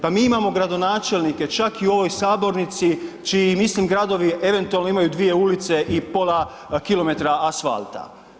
Pa mi imamo gradonačelnike čak i u ovoj sabornici čiji mislim gradovi eventualno imaju dvije ulice i pola kilometra asfalta.